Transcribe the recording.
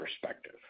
perspective